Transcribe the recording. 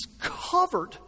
covered